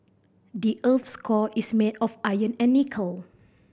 the earth's core is made of iron and nickel